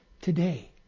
today